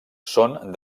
són